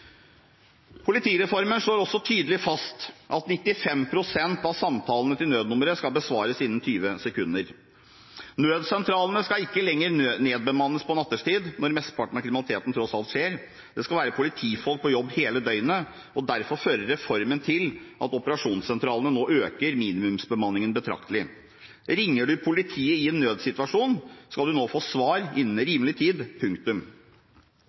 Politireformen slår også tydelig fast at 95 pst. av samtalene til nødnummeret skal besvares innen 20 sekunder. Nødsentralene skal ikke lenger nedbemannes på nattetid, når mesteparten av kriminaliteten tross alt skjer. Det skal være politifolk på jobb hele døgnet, derfor fører reformen til at operasjonssentralene nå øker minimumsbemanningen betraktelig. Ringer du politiet i en nødssituasjon, skal du nå få svar innen rimelig tid – punktum.